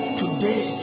today